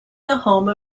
home